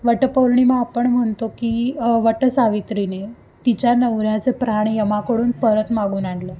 वटपौर्णिमा आपण म्हणतो की वटसावित्रीने तिच्या नवऱ्याचे प्राण यमाकडून परत मागून आणलं